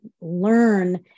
learn